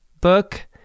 book